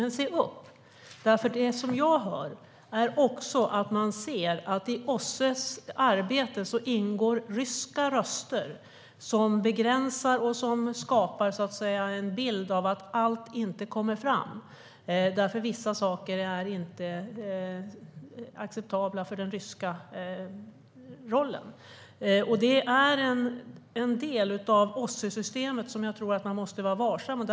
Men se upp, för i OSSE:s arbete ingår ryska röster som begränsar och skapar en bild av att allt inte kommer fram eftersom vissa saker inte är acceptabla för den ryska rollen. Det är en del av OSSE-systemet som jag tror att man måste vara vaksam på.